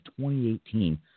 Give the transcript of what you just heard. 2018